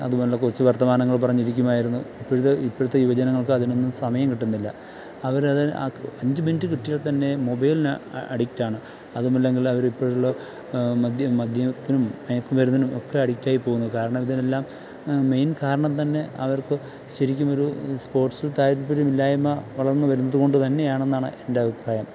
അതുപോലുള്ള കൊച്ചു വർത്തമാനങ്ങൾ പറഞ്ഞിരിക്കുമായിരുന്നു ഇപ്പോഴത്തെ ഇപ്പോഴത്തെ യുവജനങ്ങൾക്ക് അതിനൊന്നും സമയം കിട്ടുന്നില്ല അവർ അത് അ അഞ്ച് മിനിറ്റ് കിട്ടിയാൽ തന്നെ മൊബൈലിന് ആ അഡിക്റ്റ് ആണ് അതും അല്ലെങ്കിൽ അവർ ഇപ്പോഴുള്ള മദ്യം മദ്യത്തിനും മയക്കുമരുന്നിനും ഒക്കെ അഡിക്റ്റ് ആയി പോകുന്നു കാരണം ഇതിനെല്ലാം മെയിൻ കാരണം തന്നെ അവർക്ക് ശരിക്കുമൊരു സ്പോർട്ട്സിൽ താൽപ്പര്യമില്ലായ്മ വളർന്ന് വരുന്നത് കൊണ്ട് തന്നെ ആണെന്നാണ് എൻറെ അഭിപ്രായം